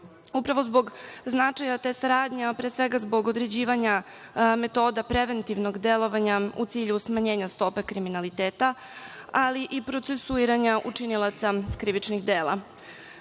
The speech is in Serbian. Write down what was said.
zbog značaja te saradnje, a pre svega zbog određivanja metoda preventivnog delovanja u cilju smanjenja stope kriminaliteta, ali i procesuiranja učinilaca krivičnih dela.